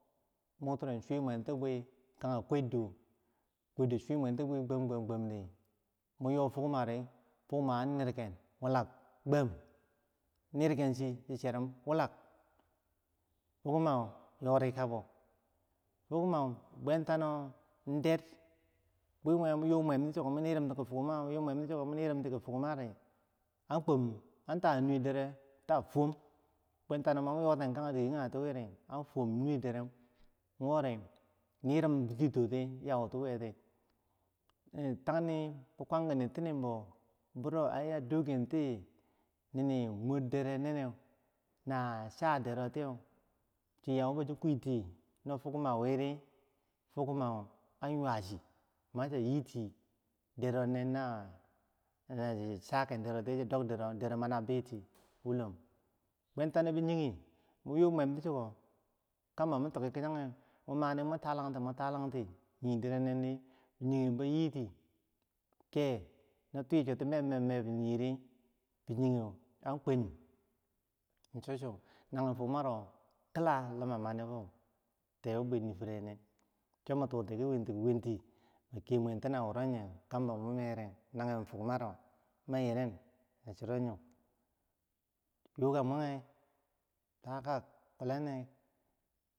muktiro swimwunti bwi, kange kuwerdo kuwerdo swi mwunti bwi gwam gwam gwam di mun yo fomari fukma nereken wulak gwam, nirken chi chicherum wulag mukima yorikabo mukima bwentano in der bwemoh mun yue mwam ti chiko mun nirim ti ki fugmari, an kwam an ta nuweh derew ta fuwom bwenta no mani mu yoten kage dike kagewiri an fuwom nuwe dereh, mun yoten nirim. Chutitoti yauti loh di tah mun twam dud tinimbo wo yila a dokenti nur deroneneu na a cha dero tiyeu chiyah bochi fuktiyeh no fukma wirifukmau an ywar chi machi yi ti. Deronen nobi niger chagen deroti bi dob tiri mana biti bwentah no mun yuu mwam ti chiko yadda mi toki kichagew mun mani tarangti mun mani tarangti ni derenendi binigeh bo yiti keh no twichoti mermerb binigeri an kwanum chuchu nagenfugmaro kilah nima mani yoh, tero min two wunenen cho cho min tuti ki winti winti min kiyeh mwen ti nawuro yeh kambo mu meh yereu, nagen fukma ro mayiro na chiroyoh yuka mwegeh twaka kulehne.